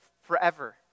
forever